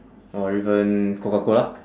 or even coca-cola